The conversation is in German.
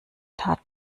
tat